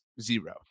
zero